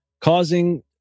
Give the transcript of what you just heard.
causing